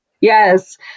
yes